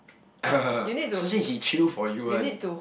Su-Jin he chill for you one